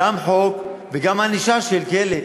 גם חוק וגם ענישה של כלא.